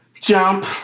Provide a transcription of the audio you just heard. jump